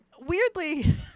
weirdly